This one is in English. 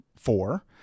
four